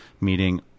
meeting